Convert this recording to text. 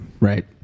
Right